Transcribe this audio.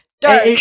Dark